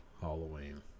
halloween